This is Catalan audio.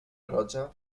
roja